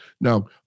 Now